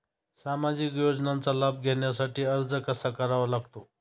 सामाजिक योजनांचा लाभ घेण्यासाठी अर्ज कसा करावा लागतो?